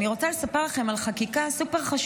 אני רוצה לספר לכם על חקיקה סופר-חשובה.